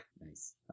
Nice